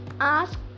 ask